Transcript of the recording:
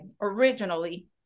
originally